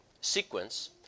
sequence